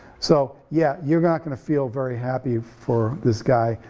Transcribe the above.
so yeah, you're not gonna feel very happy for this guy,